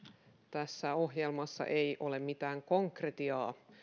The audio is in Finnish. tässä ohjelmassa ei ole mitään konkretiaa